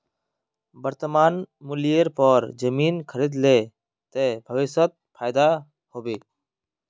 वर्तमान मूल्येर पर जमीन खरीद ले ते भविष्यत फायदा हो बे